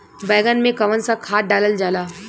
बैंगन में कवन सा खाद डालल जाला?